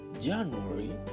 January